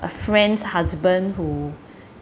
a friend's husband who